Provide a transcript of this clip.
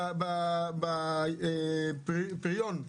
2.3% בפריון,